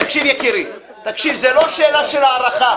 תקשיב יקירי, זה לא שאלה של ההערכה.